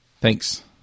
Thanks